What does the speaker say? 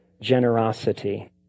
generosity